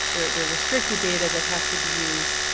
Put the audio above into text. they're their restricted data that have to be used